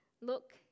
look